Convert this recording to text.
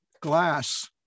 glass